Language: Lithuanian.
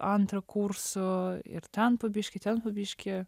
antro kurso ir ten po biškį ten po biškį